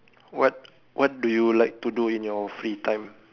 what what do you like to do in your free time